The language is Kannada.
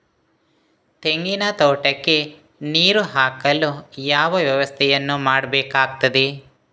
ತೆಂಗಿನ ತೋಟಕ್ಕೆ ನೀರು ಹಾಕಲು ಯಾವ ವ್ಯವಸ್ಥೆಯನ್ನು ಮಾಡಬೇಕಾಗ್ತದೆ?